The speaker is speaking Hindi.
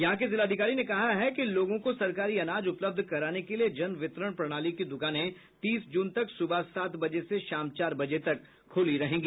यहां के जिलाधिकारी ने कहा है कि लोगों को सरकारी अनाज उपलब्ध कराने के लिये जन वितरण प्रणाली की दुकानें तीस जून तक सुबह सात बजे से शाम चार बजे तक खुली रहेंगी